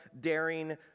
daring